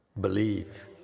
believe